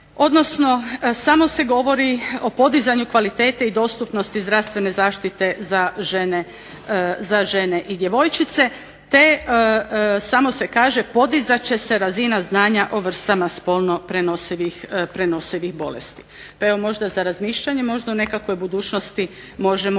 odnosno samo se govori o podizanju kvalitete i dostupnosti zdravstvene zaštite za žene i djevojčice te samo se kaže podizat će se razina znanja o vrstama spolno prenosivih bolesti. Pa evo možda za razmišljanje, možda u nekakvoj budućnosti možemo